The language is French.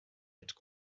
être